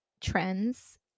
trends